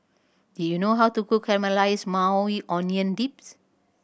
do you know how to cook Caramelized Maui Onion Dips